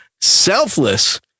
selfless